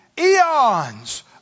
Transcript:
Eons